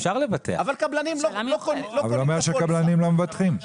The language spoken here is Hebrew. אבל קבלנים לא קונים את הפוליסה.